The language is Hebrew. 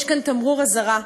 יש כאן תמרור אזהרה,